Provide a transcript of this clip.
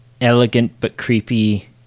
elegant-but-creepy